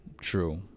True